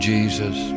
Jesus